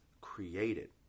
created